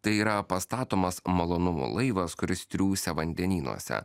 tai yra pastatomas malonumo laivas kuris triūsia vandenynuose